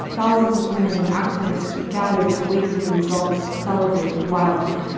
thousands of women and activists who'd gathered to wait for the results celebrated wildly